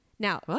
Now